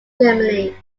germany